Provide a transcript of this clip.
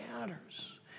matters